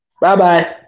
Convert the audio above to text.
Bye-bye